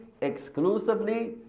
exclusively